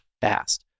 fast